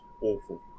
awful